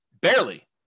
Barely